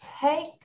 take